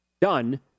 done